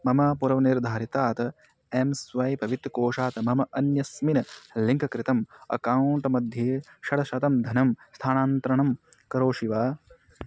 मम पूर्वनिर्धारितात् एं स्वैप् वित्तकोषात् मम अन्यस्मिन् लिङ्क् कृतम् अकौण्ट् मध्ये षडशतं धनं स्थानान्तरणं करोषि वा